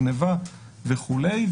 גנבה וכולי.